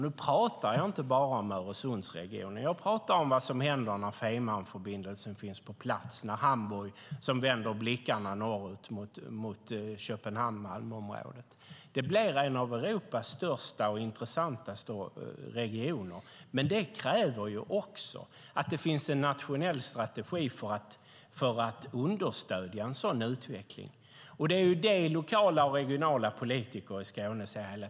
Nu talar jag inte bara om Öresundsregionen; jag talar om vad som händer när Fehmarnförbindelsen finns på plats och Hamburg vänder blicken norrut mot Köpenhamn-Malmö-området. Det blir en av Europas största och intressantaste regioner. Det kräver dock att det finns en nationell strategi för att understödja en sådan utveckling, och det är det lokala och regionala politiker i Skåne hela tiden säger.